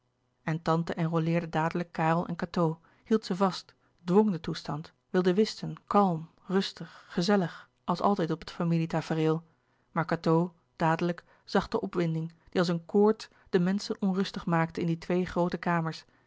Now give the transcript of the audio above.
en tante enrôleerde dadelijk karel en cateau hield ze vast dwong den toestand wilde whisten kalm rustig gezellig als altijd op het familie tafereel maar cateau dadelijk zag de opwinding die als een koorts de menschen onrustig maakte in die twee groote kamers